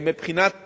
מבחינת